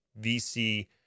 VC